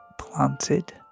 planted